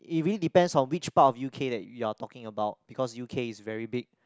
it really depends on which part of U_K that you are talking about because U_K is very big